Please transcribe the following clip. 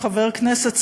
חבר הכנסת,